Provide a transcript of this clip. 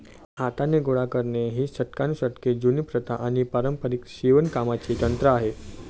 हाताने गोळा करणे ही शतकानुशतके जुनी प्रथा आणि पारंपारिक शिवणकामाचे तंत्र आहे